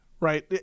Right